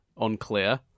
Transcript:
unclear